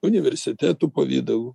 universitetų pavidalu